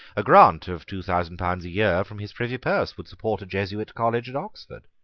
a grant of two thousand pounds a year from his privy purse would support a jesuit college at oxford.